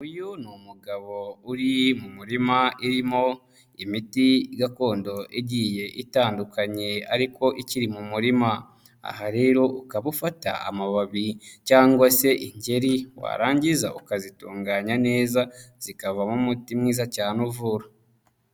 Uyu ni umugabo uri mu murima irimo imiti gakondo igiye itandukanye ariko ikiri mu murima, aha rero ukaba ufata amababi cyangwa se ingeri warangiza ukazitunganya neza, zikavamo umuti mwiza cyane uvura.